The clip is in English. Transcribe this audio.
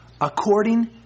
according